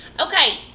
Okay